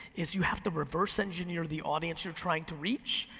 is you have to reverse engineer the audience you're trying to reach,